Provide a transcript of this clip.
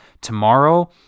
Tomorrow